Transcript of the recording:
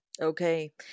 Okay